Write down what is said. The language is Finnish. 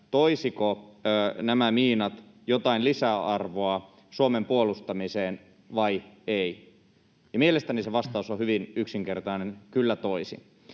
toisivatko nämä miinat jotain lisäarvoa Suomen puolustamiseen vai eivät, ja mielestäni se vastaus on hyvin yksinkertainen: kyllä toisivat.